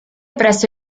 presso